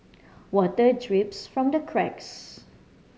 water drips from the cracks